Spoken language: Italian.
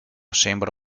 sembra